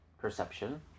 perception